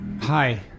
Hi